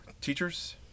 teachers